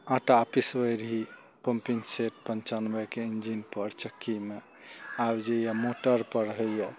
आटा पिसबय रही पम्पिंग सेट पञ्चानबेके इंजिनपर चक्कीमे आब जे यऽ मोटरपर होइए